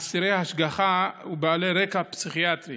אסירי השגחה ובעלי רקע פסיכיאטרי